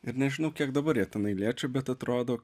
ir nežinau kiek dabar jie tenai liečia bet atrodo